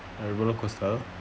uh roller coaster